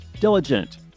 Diligent